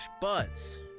BUDS